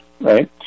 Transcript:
right